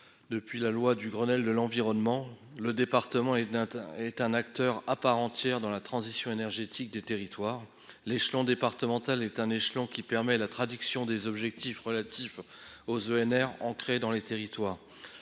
en oeuvre du Grenelle de l'environnement, le département est un acteur à part entière de la transition énergétique des territoires. L'échelon départemental permet de nouer un dialogue de proximité et de traduire des objectifs relatifs aux EnR ancrés dans les territoires.